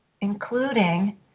including